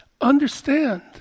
understand